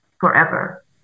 forever